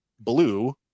blue